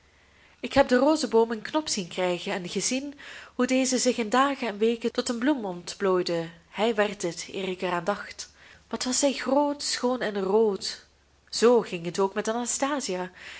ik heb den rozeboom een knop zien krijgen en gezien hoe deze zich in dagen en weken tot een bloem ontplooide hij werd dit eer ik er aan dacht wat was zij groot schoon en rood zoo ging het ook met